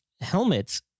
helmets